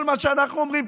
כל מה שאנחנו אומרים,